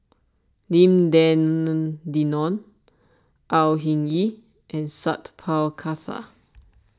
Lim Denan Denon Au Hing Yee and Sat Pal Khattar